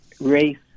race